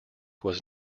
was